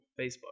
Facebook